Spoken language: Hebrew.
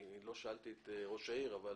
אני לא שאלתי את ראש העיר, אבל